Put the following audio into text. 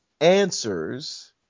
answers